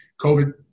COVID